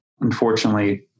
unfortunately